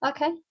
Okay